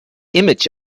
image